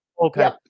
Okay